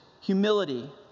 humility